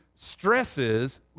stresses